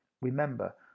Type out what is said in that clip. Remember